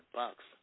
bucks